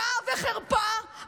בושה וחרפה,